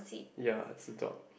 ya is a top